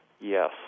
Yes